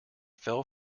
fell